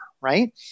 right